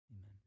Amen